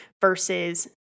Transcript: versus